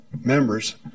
members